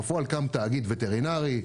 בפועל קם תאגיד וטרינרי.